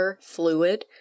fluid